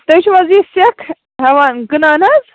تُہۍ چھِوٕ حظ یہِ سیٚکھ ہٮ۪وان کٕنان حظ